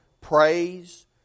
praise